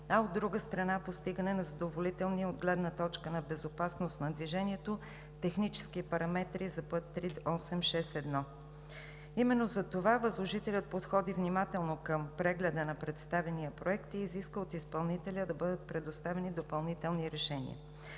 а, от друга страна, постигане на задоволителни от гледна точка на безопасност на движението технически параметри за път III-861. Именно затова възложителят подходи внимателно към прегледа на представения проект и изиска от изпълнителя да бъдат предоставени допълнителни решения.